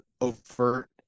overt